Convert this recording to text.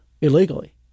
illegally